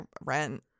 rent